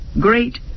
great